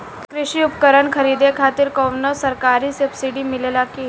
कृषी उपकरण खरीदे खातिर कउनो सरकारी सब्सीडी मिलेला की?